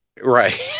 right